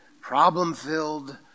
problem-filled